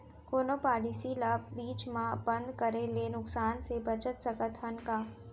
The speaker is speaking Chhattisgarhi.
कोनो पॉलिसी ला बीच मा बंद करे ले नुकसान से बचत सकत हन का?